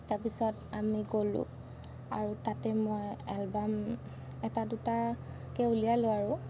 তাৰপিছত আমি গ'লোঁ আৰু তাতে মই এলবাম এটা দুটাকৈ উলিয়ালোঁ আৰু